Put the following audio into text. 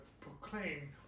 proclaim